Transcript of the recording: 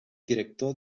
director